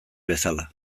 bezala